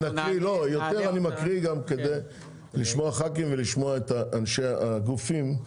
יותר אני מקריא כדי לשמוע ח"כים ולשמוע את אנשי הגופים.